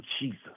Jesus